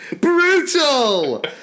Brutal